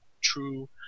true